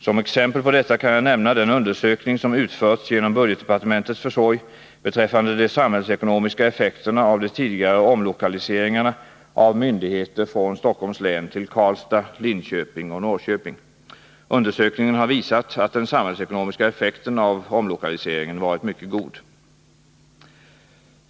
Som exempel på detta kan jag nämna den undersökning som utförts genom budgetdepartementets försorg beträffande de samhällsekonomiska effekterna av de tidigare omlokaliseringarna av myndigheter från Stockholms län till Karlstad, Linköping och Norrköping. Undersökningen har visat att den samhällsekonomiska effekten av omlokaliseringen varit mycket god.